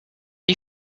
you